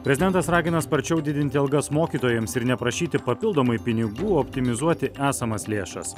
prezidentas ragina sparčiau didinti algas mokytojams ir neprašyti papildomai pinigų optimizuoti esamas lėšas